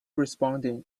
responding